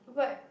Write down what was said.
but